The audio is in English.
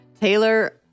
Taylor